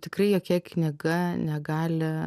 tikrai jokia knyga negali